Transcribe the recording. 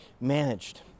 managed